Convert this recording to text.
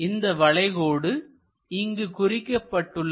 இந்த வளைகோடு இங்கு குறிக்கப்பட்டுள்ளது